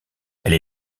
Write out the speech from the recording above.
elle